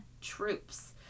troops